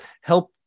help